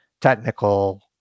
technical